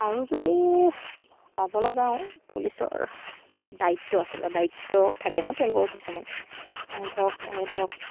আৰু যদি চাবলৈ যাওঁ পুলিচৰ দায়িত্ব আচলতে দায়িত্বও থাকে ন তেওঁলোকৰ কিছুমান ধৰক